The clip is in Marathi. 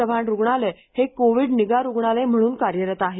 चव्हाण रुग्णालय हे कोविड निगा रुग्णालय म्हणून कार्यरत आहे